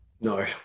No